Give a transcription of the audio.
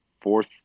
fourth